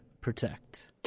protect